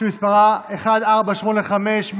שמספרה פ/1485.